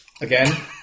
Again